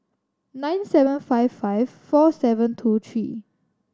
nine seven five five four seven two three